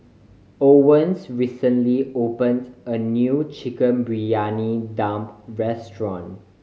Owens recently opened a new Chicken Briyani Dum restaurant